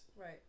right